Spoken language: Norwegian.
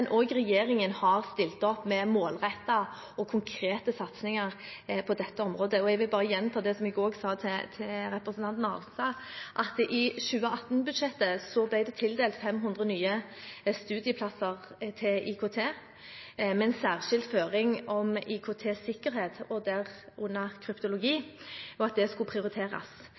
Regjeringen har også stilt opp med målrettede og konkrete satsinger på dette området, og jeg vil bare gjenta det jeg sa til representanten Arnstad, at i 2018-budsjettet ble det tildelt 500 nye studieplasser til IKT, med en særskilt føring om at IKT-sikkerhet, herunder kryptologi, skulle prioriteres. De 500 plassene kommer i tillegg til de 750 plassene som ble tildelt i 2017. Det